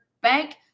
bank